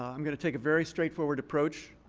i'm going to take a very straightforward approach.